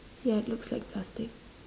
ya it looks like plastic